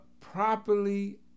properly